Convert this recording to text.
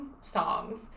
songs